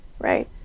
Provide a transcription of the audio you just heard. right